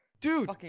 Dude